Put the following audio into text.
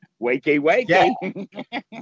wakey-wakey